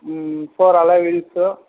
four alloy wheels